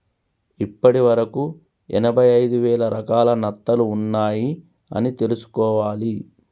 ఇప్పటి వరకు ఎనభై ఐదు వేల రకాల నత్తలు ఉన్నాయ్ అని తెలుసుకోవాలి